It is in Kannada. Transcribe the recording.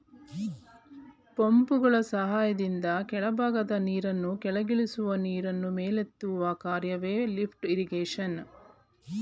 ಪಂಪ್ಗಳ ಸಹಾಯದಿಂದ ಕೆಳಭಾಗದ ನೀರನ್ನು ಕೆಳಗಿರುವ ನೀರನ್ನು ಮೇಲೆತ್ತುವ ಕಾರ್ಯವೆ ಲಿಫ್ಟ್ ಇರಿಗೇಶನ್